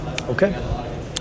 Okay